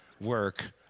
work